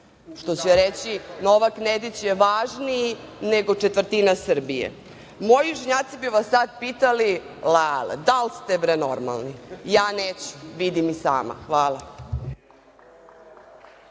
Što će reći da je Novak Nedić važniji nego četvrtina Srbije. Moji južnjaci bi vas sad pitali - Lele, dal` ste, bre, normalni? Ja neću. Vidim i sama. Hvala.